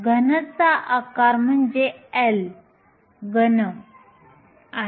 घनचा आकार म्हणजे L घन आहे